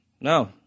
No